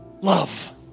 Love